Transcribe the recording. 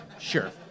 sure